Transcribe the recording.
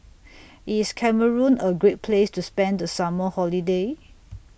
IS Cameroon A Great Place to spend The Summer Holiday